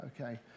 Okay